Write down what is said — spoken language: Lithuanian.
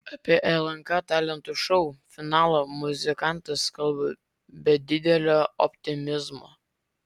apie lnk talentų šou finalą muzikantas kalba be didelio optimizmo